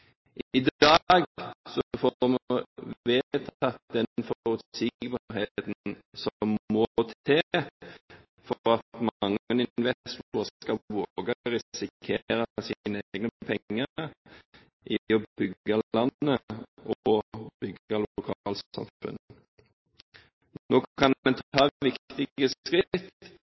I dag får vi vedtatt den forutsigbarheten som må til for at mange investorer skal våge å risikere sine egne penger på å bygge landet og bygge lokalsamfunn. Nå kan en ta viktige